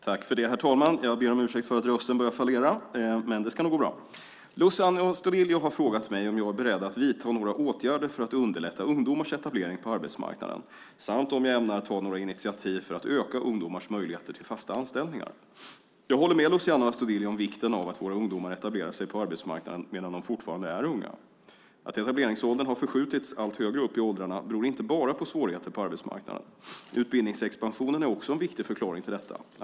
Herr talman! Jag ber om ursäkt för att rösten börjar fallera, men det ska nog gå bra. Luciano Astudillo har frågat mig om jag är beredd att vidta några åtgärder för att underlätta ungdomars etablering på arbetsmarknaden samt om jag ämnar ta några initiativ för att öka ungdomars möjligheter till fasta anställningar. Jag håller med Luciano Astudillo om vikten av att våra ungdomar etablerar sig på arbetsmarknaden medan de fortfarande är unga. Att etableringsåldern har förskjutits allt högre upp i åldrarna beror inte bara på svårigheter på arbetsmarknaden. Utbildningsexpansionen är också en viktig förklaring till detta.